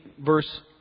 verse